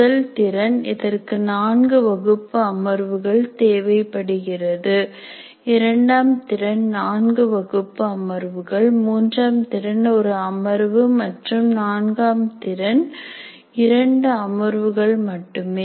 முதல் திறன் இதற்கு 4 வகுப்பு அமர்வுகள் தேவைப்படுகிறது இரண்டாம் திறன் 4 வகுப்பு அமர்வுகள் மூன்றாம் திறன் ஒரு அமர்வு மற்றும் நான்காம் திறன் இரண்டு அமர்வுகள் மட்டுமே